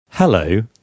Hello